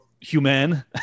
human